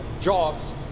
jobs